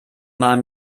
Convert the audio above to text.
mal